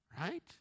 right